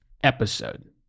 episode